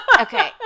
Okay